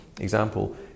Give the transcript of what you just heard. example